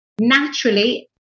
naturally